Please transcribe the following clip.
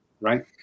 right